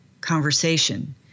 conversation